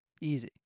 easy